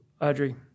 Audrey